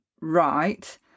right